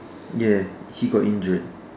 ya he got injured